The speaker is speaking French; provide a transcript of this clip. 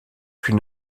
qu’une